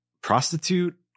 prostitute